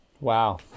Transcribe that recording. Wow